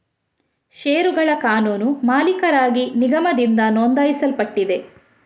ಷೇರುಗಳ ಕಾನೂನು ಮಾಲೀಕರಾಗಿ ನಿಗಮದಿಂದ ನೋಂದಾಯಿಸಲ್ಪಟ್ಟಿದೆ